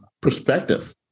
perspective